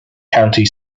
county